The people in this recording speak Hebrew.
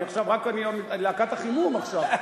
אני עכשיו, רק להקת החימום עכשיו.